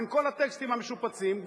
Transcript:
בין כל הטקסטים המשופצים,